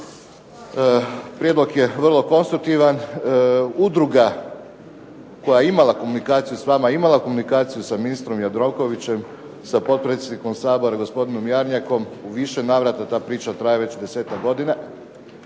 Prijedlog je vrlo konstruktivan, udruga koja je imala komunikaciju s vama, imala komunikaciju sa ministrom Jandrokovićem, sa potpredsjednikom Sabora Jarnjakom, u više navrata ta priča traje već 19 godina,